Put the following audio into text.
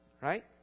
right